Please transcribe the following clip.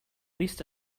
least